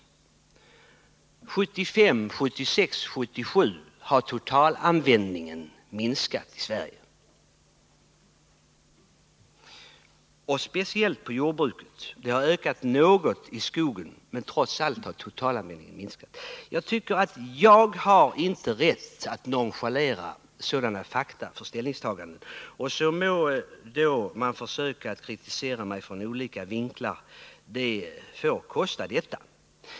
1975, 1976 och 1977 har totalanvändningen minskat i Sverige, speciellt inom jordbruket. Användningen har ökat något i skogen, men totalanvändningen har trots allt minskat. Jag har inte rätt att nonchalera så väsentliga fakta för ställningstagandet. Sedan må man försöka att kritisera mig ur olika vinklar — det får det kosta.